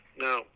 Now